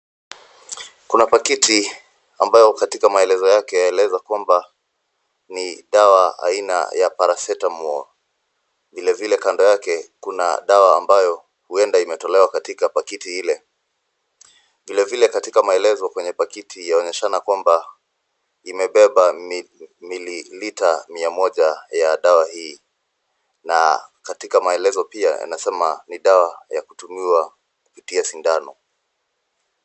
Kuna pakiti ambayo katika maelezo yake yaeleza kwamba ni dawa aina ya Paracetamol. Vilevile kando yake kuna dawa ambayo huenda imetolewa katika pakiti ile. Vilevile katika maelezo kwenye pakiti yaoneshana kwamba imebeba mililita mia moja ya dawa hii na katika maelezo pia inasema ni dawa ya kutumiwa kupitia sindano.